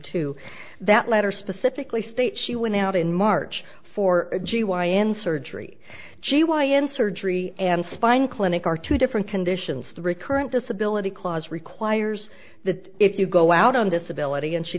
two that letter specifically states she went out in march for g y n surgery g y n surgery and spine clinic are two different conditions the recurrent disability clause requires that if you go out on disability and she